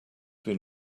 been